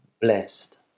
blessed